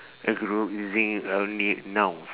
a group using only nouns